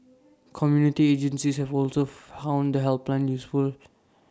community agencies have also found the helpline useful